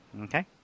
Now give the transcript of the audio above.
Okay